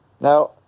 Now